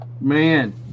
man